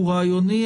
הוא רעיוני,